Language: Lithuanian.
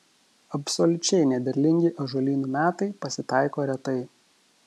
absoliučiai nederlingi ąžuolynų metai pasitaiko retai